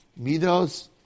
midos